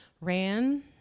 ran